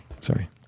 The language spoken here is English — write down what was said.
Sorry